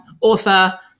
author